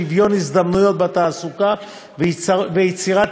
שוויון הזדמנויות בתעסוקה ויצירת